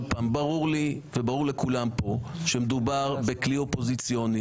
שברור לי וברור לכולם כאן שמדובר בכלי אופוזיציוני